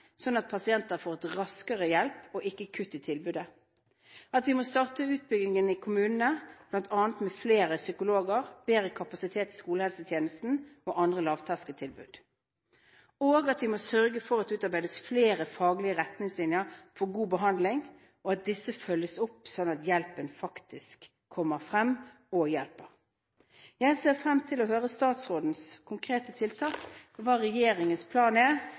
at pasienter får raskere hjelp og ikke kutt i tilbudet. Vi må starte utbyggingen i kommunene, bl.a. med flere psykologer, bedre kapasitet i skolehelsetjenesten og andre lavterskeltilbud. Vi må også sørge for at det utarbeides flere faglige retningslinjer for god behandling, og at disse følges opp, slik at hjelpen faktisk kommer frem og hjelper. Jeg ser frem til å høre statsrådens konkrete tiltak og hva regjeringens plan er